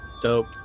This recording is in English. Dope